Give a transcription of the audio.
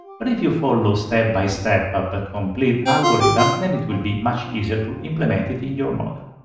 but if you follow step by step ah the complete algorithm then it will be much easier to implement it in your model.